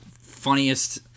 funniest